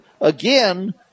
again